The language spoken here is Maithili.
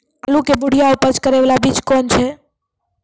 आलू के बढ़िया उपज करे बाला बीज कौन छ?